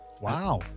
wow